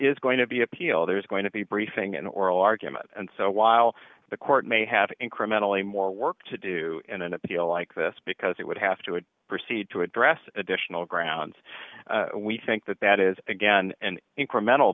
is going to be appeal there is going to be briefing an oral argument and so while the court may have incrementally more work to do in an appeal like this because it would have to proceed to address additional grounds we think that that is again an incremental